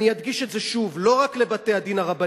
אני אדגיש את זה שוב: לא רק לבתי-הדין הרבניים,